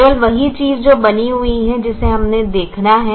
केवल वही चीज जो बनी हुई है जिसे हमें देखना है